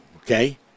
okay